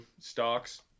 stocks